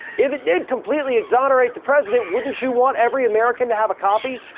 if it did completely exonerate the president, wouldn't you want every american to have a copy?